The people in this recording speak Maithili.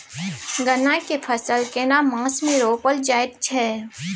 गन्ना के फसल केना मास मे रोपल जायत छै?